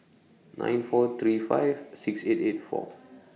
nine four three five six eight eight four